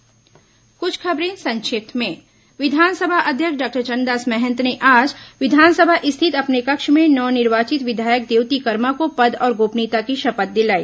संक्षिप्त समाचार अब कुछ अन्य खबरें संक्षिप्त में विधानसभा अध्यक्ष डॉक्टर चरणदास महंत ने आज विधानसभा स्थित अपने कक्ष में नव निर्वाचित विधायक देवती कर्मा को पद और गोपनीयता की शपथ दिलाई